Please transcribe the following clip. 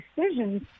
decisions